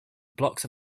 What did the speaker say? blocks